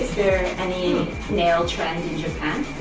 any nail trend in japan?